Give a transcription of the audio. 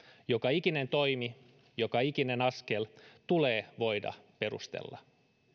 joka ikinen toimi joka ikinen askel tulee voida perustella